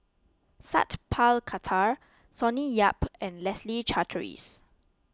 Sat Pal Khattar Sonny Yap and Leslie Charteris